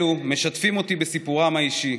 אלו משתפים אותי בסיפורם האישי: